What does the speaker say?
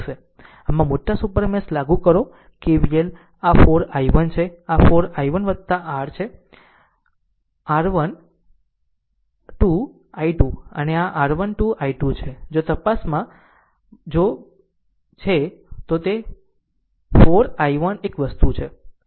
આમ આ મોટા સુપર મેશ લાગુ કરો KVL આ 4 I1 છે આ 4 I1 r છે આ છે R 12 I2 અને આ R 12 I2 છે જો તપાસમાં જો r છે તો 4 I1 એક વસ્તુ છે